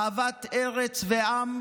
אהבת ארץ ועם,